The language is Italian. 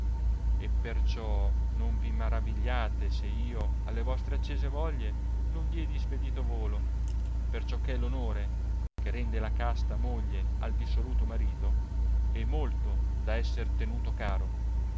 e perciò non vi maravigliate se io alle vostre accese voglie non diedi ispedito volo perciò che l onore che rende la casta moglie al dissoluto marito è molto da esser tenuto caro